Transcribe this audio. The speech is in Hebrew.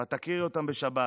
ואת תכירי אותם בשבת.